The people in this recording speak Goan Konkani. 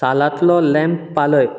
सालांतलो लेम्प पालय